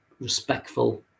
respectful